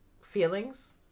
feelings